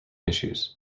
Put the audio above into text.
issues